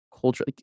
culture